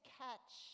catch